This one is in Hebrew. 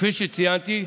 כפי שציינתי,